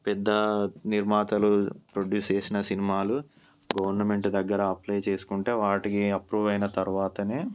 పెద్ద నిర్మాతలు ప్రొడ్యూస్ చేసిన సినిమాలు గవర్నమెంట్ దగ్గర అప్లై చేసుకుంటే వాటికి అప్రూవ్ అయిన తర్వాతనే